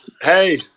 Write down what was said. hey